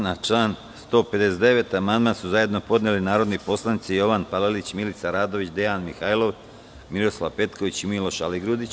Na član 159. amandman su zajedno podneli narodni poslanici Jovan Palalić, Milica Radović, Dejan Mihajlov, Miroslav Petković i Miloš Aligrudić.